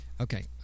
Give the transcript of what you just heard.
Okay